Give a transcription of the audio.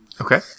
Okay